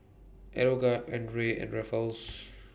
Aeroguard Andre and Ruffles